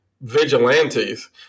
vigilantes